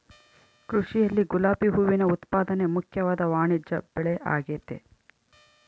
ಕೃಷಿಯಲ್ಲಿ ಗುಲಾಬಿ ಹೂವಿನ ಉತ್ಪಾದನೆ ಮುಖ್ಯವಾದ ವಾಣಿಜ್ಯಬೆಳೆಆಗೆತೆ